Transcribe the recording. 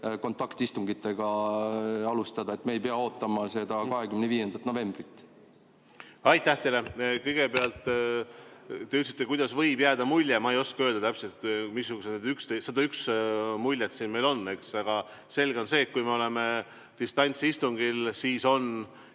kontaktistungitega alustada, st me ei pea ootama 25. novembrit? Aitäh teile! Kõigepealt, te rääkisite sellest, kuidas võib jääda mulje – ma ei oska öelda täpselt, missugused need 101 muljet meil siin on, aga selge on see, et kui me oleme distantsistungil, siis on